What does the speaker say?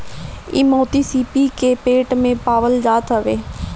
इ मोती सीपी के पेट में पावल जात हवे